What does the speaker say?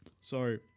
sorry